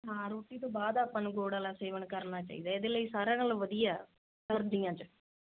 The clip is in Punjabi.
ਹਾਂ ਰੋਟੀ ਤੋਂ ਬਾਅਦ ਆਪਾਂ ਨੂੰ ਗੁੜ ਵਾਲਾ ਸੇਵਨ ਕਰਨਾ ਚਾਹੀਦਾ ਇਹਦੇ ਲਈ ਸਾਰਿਆਂ ਨਾਲੋਂ ਵਧੀਆ ਸਰਦੀਆਂ ਚ